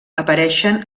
apareixen